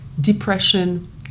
depression